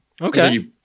Okay